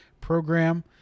program